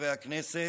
חברי הכנסת,